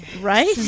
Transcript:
right